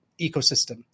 ecosystem